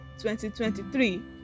2023